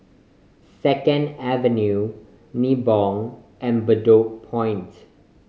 Second Avenue Nibong and Bedok Point